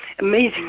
amazing